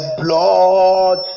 blood